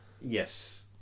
Yes